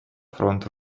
фронт